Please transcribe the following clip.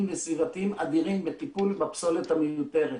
וסביבתיים אדירים לטיפול בפסולת המיותרת.